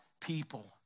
people